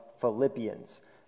Philippians